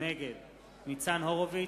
נגד ניצן הורוביץ,